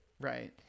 Right